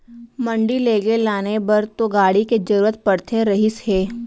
मंडी लेगे लाने बर तो गाड़ी के जरुरत पड़ते रहिस हे